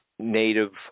Native